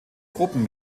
gruppen